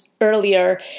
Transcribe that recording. earlier